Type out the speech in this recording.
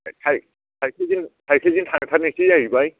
cycle साइखेलजों थांथारनोसै जाहैबाय